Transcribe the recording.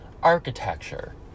architecture